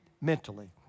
mentally